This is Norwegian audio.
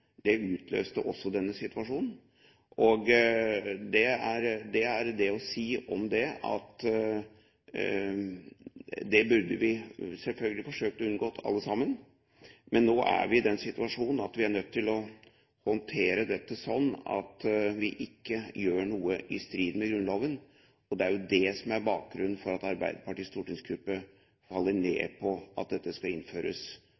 det utløste også denne situasjonen. Om det er å si: Det burde vi selvfølgelig forsøkt å unngå alle sammen, men nå er vi i den situasjonen at vi er nødt til å håndtere dette slik at vi ikke gjør noe i strid med Grunnloven. Og det er jo det som er bakgrunnen for at Arbeiderpartiets stortingsgruppe faller ned på at dette skal innføres